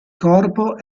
corpo